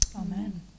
Amen